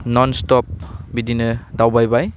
नन stop बिदिनो दावबायबाय